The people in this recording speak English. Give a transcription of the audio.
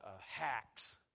hacks